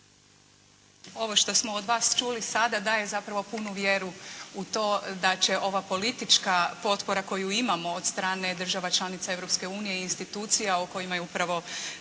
Ovo što smo od vas čuli sada daje zapravo punu vjeru u to da će ova politička potpora koju imamo od strane država članica Europske unije i institucija o kojima je upravo